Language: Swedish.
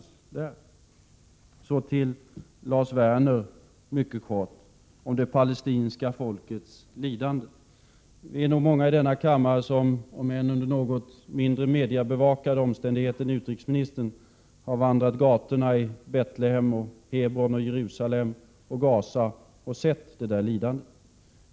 Så mycket kort till Lars Werner om det palestinska folkets lidande: Vi är nog många i den här kammaren som —- om än under något mindre mediabevakade omständigheter än för utrikesministern — har vandrat gatorna i Betlehem, Hebron, Jerusalem och Gaza och sett detta lidande.